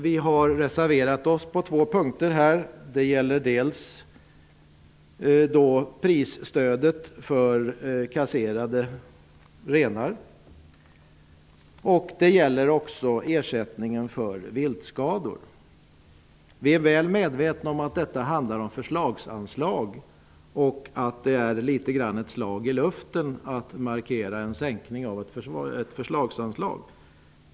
Vi har reserverat oss på två punkter. Det gäller dels prisstödet för kasserade renar, och det gäller också ersättningen för viltskador. Vi är väl medvetna om att detta handlar om förslagsanslag och att det är litet grand ett slag i luften att markera en minskning av ett förslagsanslag.